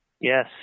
Yes